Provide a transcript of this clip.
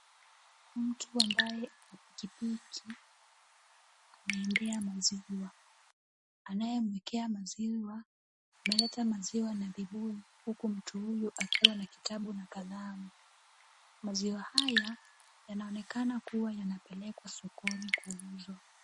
Mtu ambaye ana piki piki ameendea maziwa, anayemwekea maziwa ameleta maziwa na vibuyu, huku mtu huyo akiqa na kitabu na kalamu, maziwa haya yanaonekana kuwa yanapelekwa sokoni kuuzwa.